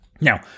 Now